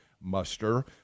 muster